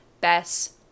Bess